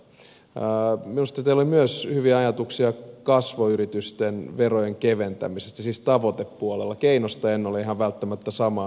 minusta teillä oli myös hyviä ajatuksia kasvuyritysten verojen keventämisestä siis tavoitepuolella keinosta en ole ihan välttämättä samaa mieltä